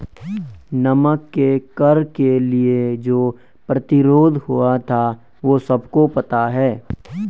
नमक के कर के लिए जो प्रतिरोध हुआ था वो सबको पता है